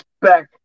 back